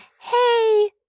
hey